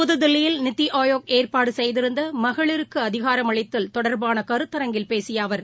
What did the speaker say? புதுதில்லியில் நித்தி ஆயோக் ஏற்பாடு செய்திருந்த மகளிருக்கு அதிகாரமளித்தல் தொடர்பான கருத்தரங்கில் பேசிய அவர்